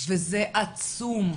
וזה עצום,